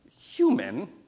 human